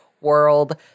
world